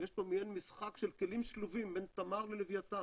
יש פה מעין משחק של כלים שלובים בין תמר ולווייתן,